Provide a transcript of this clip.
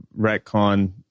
retcon